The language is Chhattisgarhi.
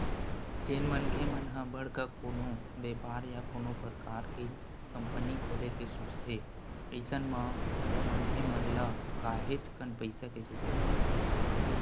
जेन मनखे मन ह बड़का कोनो बेपार या कोनो परकार के कंपनी खोले के सोचथे अइसन म ओ मनखे मन ल काहेच कन पइसा के जरुरत परथे